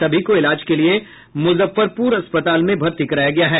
सभी को इलाज के लिए मुजफ्फरपुर अस्पताल में भर्ती कराया गया है